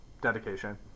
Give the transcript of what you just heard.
Dedication